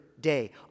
day